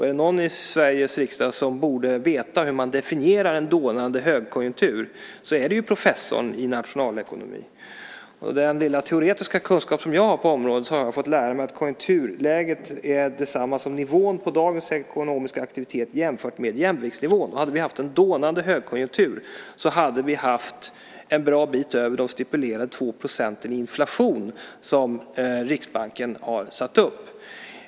Är det någon i Sveriges riksdag som borde veta hur man definierar en dånande högkonjunktur så är det professorn i nationalekonomi. Med den lilla teoretiska kunskap som jag har på området är konjunkturläget, det har jag fått lära mig, detsamma som nivån på dagens ekonomiska aktivitet jämfört med jämviktsnivån. Hade vi haft en dånande högkonjunktur skulle vi ha haft en bra bit över de stipulerade 2 % inflation som Riksbanken har satt upp.